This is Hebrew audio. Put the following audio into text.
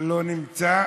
לא נמצא.